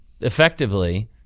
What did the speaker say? effectively